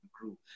grew